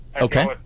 Okay